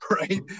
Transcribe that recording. right